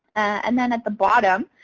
and then at the bottom,